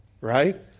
Right